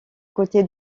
côté